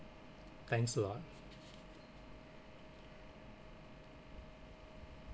thanks a lot